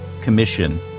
commission